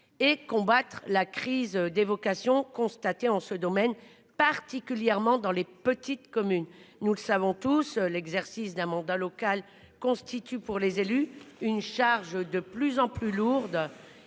et à combattre la crise des vocations constatée en ce domaine, particulièrement dans les petites communes. Retirez-le ... Nous savons tous que l'exercice d'un mandat local représente pour les élus une charge de plus en plus lourde